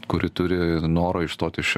kuri turi norą išstot iš